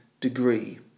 degree